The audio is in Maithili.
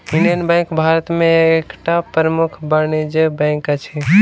इंडियन बैंक भारत में एकटा प्रमुख वाणिज्य बैंक अछि